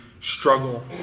struggle